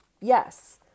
Yes